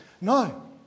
No